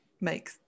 make